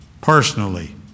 personally